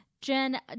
Jen